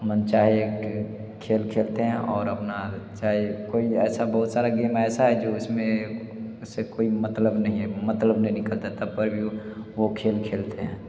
मनचाहे एक खेल खेलते हैं और अपना चाहे कोई ऐसा बहुत सारा गेम ऐसा है जो उसमें से कोई मतलब नहीं है मतलब नहीं निकलता तब पर भी वो वो खेल खेलते हैं